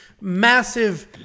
massive